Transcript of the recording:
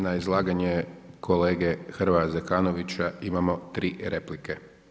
Na izlaganje kolege Hrvoja Zekanovića imamo 3 replike.